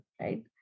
right